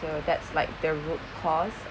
so that's like the root cause